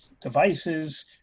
devices